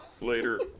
later